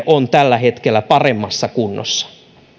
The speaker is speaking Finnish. on tällä hetkellä paremmassa kunnossa